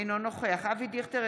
אינו נוכח אבי דיכטר,